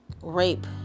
rape